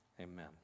amen